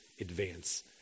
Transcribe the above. advance